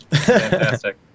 Fantastic